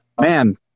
Man